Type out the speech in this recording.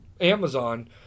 Amazon